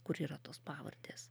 kur yra tos pavardės